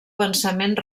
pensament